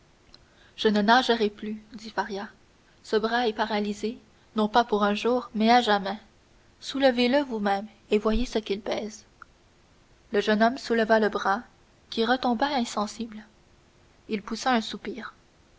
je ne nagerai plus dit faria ce bras est paralysé non pas pour un jour mais à jamais soulevez le vous-même et voyez ce qu'il pèse le jeune homme souleva le bras qui retomba insensible il poussa un soupir